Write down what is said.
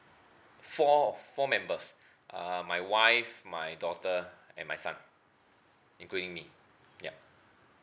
four four members uh my wife my daughter and my son including me yup